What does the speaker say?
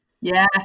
yes